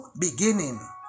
beginning